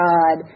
God